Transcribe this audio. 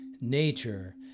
Nature